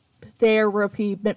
therapy